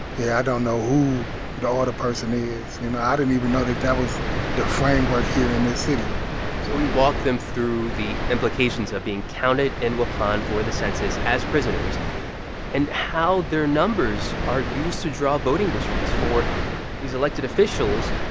yeah, i don't know who the alderperson is. you know, i didn't even know that that was the framework here in this city so we walked them through the implications of being counted in waupun for the census as prisoners and how their numbers are used to draw voting districts for these elected officials.